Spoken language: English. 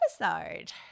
episode